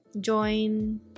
join